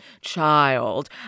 child